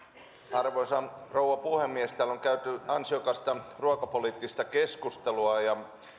arvoisa rouva puhemies täällä on käyty ansiokasta ruokapoliittista keskustelua ja